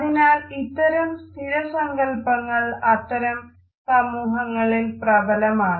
അതിനാൽ ഇത്തരം സ്ഥിരസങ്കല്പങ്ങൾ അത്തരം സമൂഹങ്ങളിൽ പ്രബലമാണ്